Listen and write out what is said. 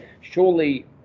Surely